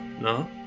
no